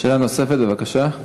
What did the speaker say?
שאלה נוספת, בבקשה.